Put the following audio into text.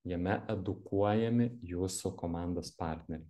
jame edukuojami jūsų komandos partneriai